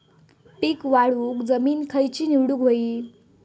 पीक वाढवूक जमीन खैची निवडुक हवी?